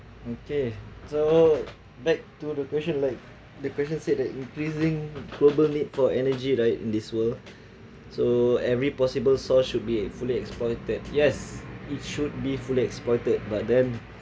okay so back to the question like the question said the increasing global need for energy right in this world so every possible saw should be fully exploited yes it should be fully exploited but then